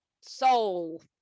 soul